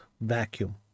vacuum